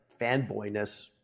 fanboyness